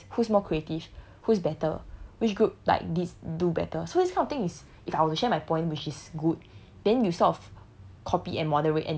but her marketing is who's more creative who's better which group like this do better so this kind of thing is if I were share my point which is good then you sort of